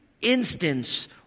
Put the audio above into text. instance